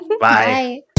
Bye